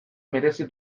merezi